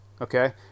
okay